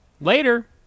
Later